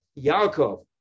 Yaakov